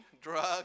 drug